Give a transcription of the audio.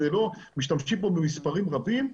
משתמשים פה במספרים רבים,